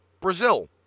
Brazil